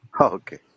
Okay